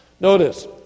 Notice